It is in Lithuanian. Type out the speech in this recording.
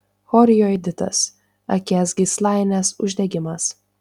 chorioiditas akies gyslainės uždegimas